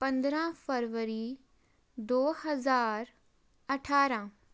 ਪੰਦਰ੍ਹਾਂ ਫਰਵਰੀ ਦੋ ਹਜ਼ਾਰ ਅਠਾਰ੍ਹਾਂ